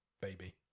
baby